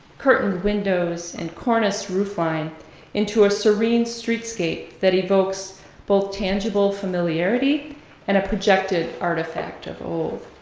curtain windows, and cornice roof line into a serene streetscape that evokes both tangible familiarity and a projected artifact of old.